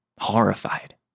Horrified